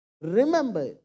Remember